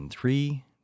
Three